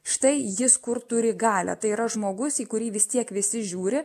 štai jis kur turi galią tai yra žmogus į kurį vis tiek visi žiūri